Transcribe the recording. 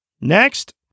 next